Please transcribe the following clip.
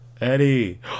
Eddie